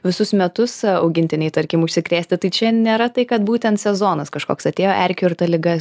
visus metus augintiniai tarkim užsikrėsti tai čia nėra tai kad būtent sezonas kažkoks atėjo erkių ir ta liga